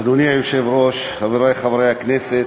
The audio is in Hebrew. אדוני היושב-ראש, חברי חברי הכנסת,